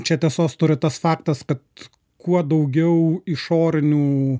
čia tiesos turi tas faktas kad kuo daugiau išorinių